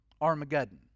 Armageddon